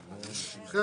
הנה,